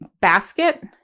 basket